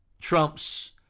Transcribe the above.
Trump's